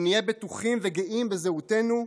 אם נהיה בטוחים וגאים בזהותנו,